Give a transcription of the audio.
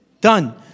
Done